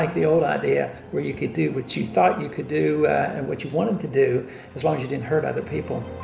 like the old idea where you could do what you thought you could do and what you wanted to do as long as you didn't hurt other people.